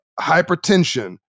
Hypertension